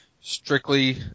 strictly